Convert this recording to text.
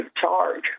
charge